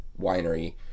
winery